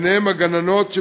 ובו הגננות,